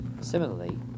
Similarly